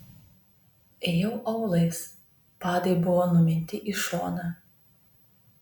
ėjau aulais padai buvo numinti į šoną